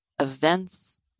events